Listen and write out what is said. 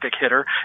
hitter